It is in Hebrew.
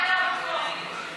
נתקבל.